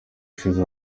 ushize